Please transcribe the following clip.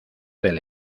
del